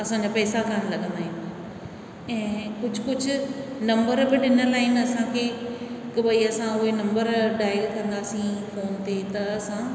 असांजा पैसा कोन लॻंदा आहिनि ऐं कुझु कुझु नंबर बि ॾिनल आहिनि असांखे की भई असां उहे नंबर डायल कंदासीं फोन ते त असां